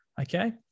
okay